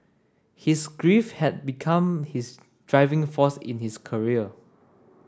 his grief had become his driving force in his career